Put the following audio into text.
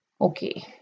Okay